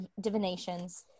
divinations